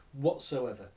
whatsoever